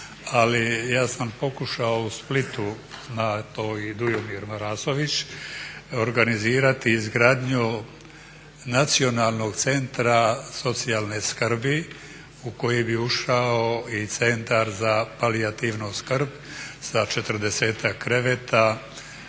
ali ja sam pokušao u Splitu, zna to i Dujomir Marasović, organizirati izgradnju Nacionalnog centra socijalne skrbi u koji bi ušao i Centar za palijativnu skrb sa 40-ak kreveta